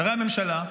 שרי הממשלה,